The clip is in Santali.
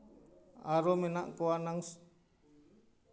ᱟᱨᱚ ᱢᱮᱱᱟᱜ ᱠᱚᱣᱟ ᱱᱟᱝ